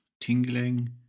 tingling